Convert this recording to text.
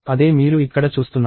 అదే మీరు ఇక్కడ చూస్తున్నారు